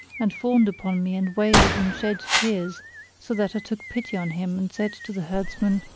and fawned upon me and wailed and shed tears so that i took pity on him and said to the herdsman,